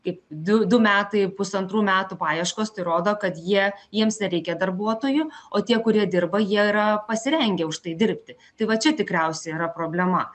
kaip du du metai pusantrų metų paieškos tai rodo kad jie jiems nereikia darbuotojų o tie kurie dirba jie yra pasirengę už tai dirbti tai va čia tikriausiai yra problema